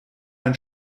ein